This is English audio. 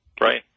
Right